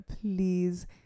please